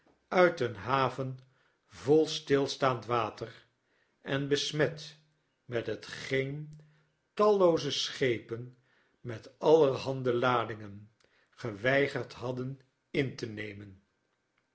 uit een haven vol stilstaand water enbesmetmet hetgeen tallooze schepen met allerhandeladingen geweigerd hadden in te nemen